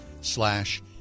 slash